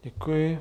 Děkuji.